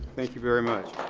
thank you very much.